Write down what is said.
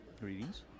greetings